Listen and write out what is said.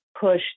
push